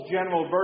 General